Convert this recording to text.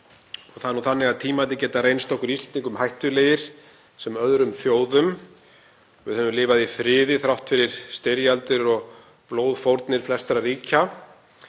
nú þannig að tímarnir geta reynst okkur Íslendingum hættulegir sem öðrum þjóðum. Við höfum lifað í friði þrátt fyrir styrjaldir og blóðfórnir flestra ríkja.